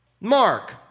Mark